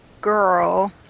girl